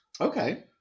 okay